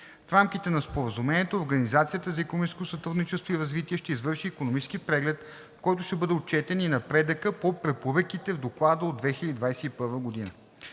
В рамките на Споразумението Организацията за икономическо сътрудничество и развитие ще извърши икономически преглед, в който ще бъде отчетен и напредъкът по препоръките в Доклада от 2021 г.